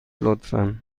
لطفا